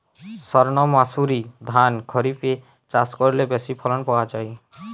সর্ণমাসুরি ধান খরিপে চাষ করলে বেশি ফলন পাওয়া যায়?